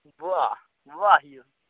बाह वाह यौ